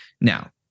Now